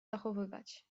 zachowywać